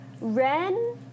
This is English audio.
Ren